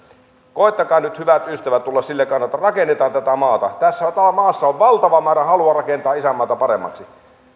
koettakaa nyt hyvät ystävät tulla sille kannalle että rakennetaan tätä maata tässä maassa on valtava määrä halua rakentaa isänmaata paremmaksi